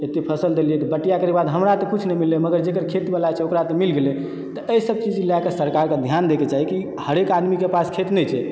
एतय फसल देलियै तऽ बटिया करयके बाद हमरा तऽ कुछ नहि मिललै मगर जकर खेतबला छै ओकरा तऽ मिल गेलय तऽ एहिसभ चीज लयके सरकारके ध्यान दयके चाही कि हरेक आदमीके पास खेत नहि छै